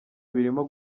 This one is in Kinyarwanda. birimo